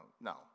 No